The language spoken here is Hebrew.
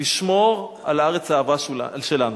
לשמור על הארץ האהובה שלנו,